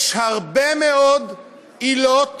יש הרבה מאוד עילות